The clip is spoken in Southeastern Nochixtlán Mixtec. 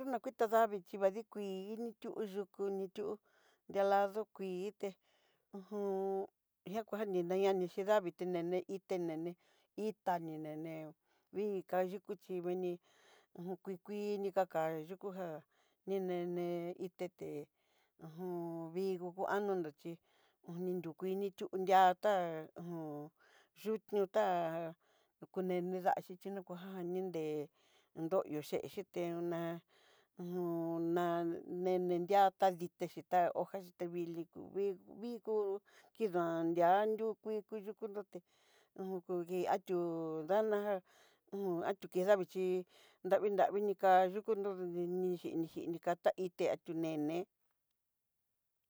Kuinakitá davii xhi va dí kuii initiú yukú, niti'ú dialadó kuii ité uju ihá kuá nine nineyá ni xhí davíi tiné ne itá ni nené vii kayu'u xhi mení uj kuii kuii ni kaka yukú já ni nen ité té'e uju vii ngu andóno chí'i uj ni nrú kuii ni chú nriá tá uju yudnió tá kuneni daxhichí nikojuajan ni nré nroyió chéxite ná uju ná nennría tá ditexhí tá hojá xhí té viliku ví vikó kidon nriá nriú kuii kutuku nroté uj kudí a ati'ó ndadanja un, ati'ó ke davii xhí nravi nravi ni ká yukú nró ni díxhi nixhí nikatá tá ité tíu ní né.